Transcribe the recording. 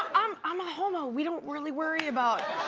um i'm a homo, we don't really worry about.